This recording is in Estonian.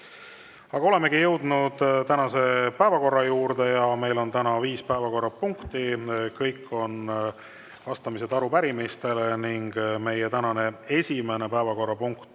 Olemegi jõudnud tänase päevakorra juurde. Meil on täna viis päevakorrapunkti, kõik on vastamised arupärimistele. Tänane esimene päevakorrapunkt